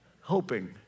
hoping